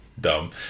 Dumb